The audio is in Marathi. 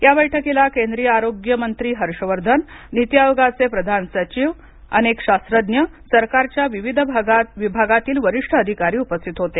या बैठकीला केंद्रीय आरोग्य मंत्री हर्षवर्धन नीती आयोगाचे प्रधान सचिव अनेक शास्त्रज्ञ सरकारच्या विविध विभागातील वरिष्ठ अधिकारी उपस्थित होते